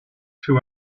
two